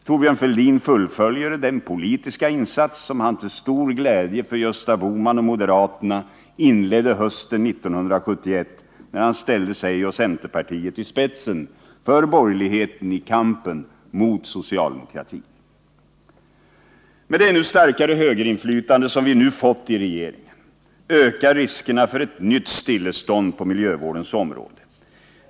Thorbjörn Fälldin fullföljer den politiska insats som han till stor glädje för Gösta Bohman och moderaterna inledde hösten 1971, när han ställde sig och centerpartiet i spetsen för borgerligheten i kampen mot socialdemokratin. Med det ännu starkare högerinflytande som vi nu fått i regeringen ökar riskerna för ett nytt stillestånd på miljövårdens område.